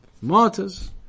martyrs